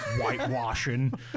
whitewashing